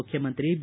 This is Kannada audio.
ಮುಖ್ಯಮಂತ್ರಿ ಬಿ